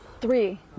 Three